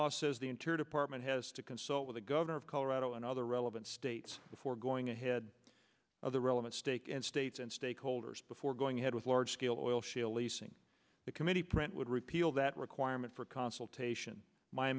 law says the interior department has to consult with the governor of colorado and other relevant states before going ahead of the relevant stake in state and stakeholders before going ahead with large scale oil shale leasing the committee print would repeal that requirement for consultation my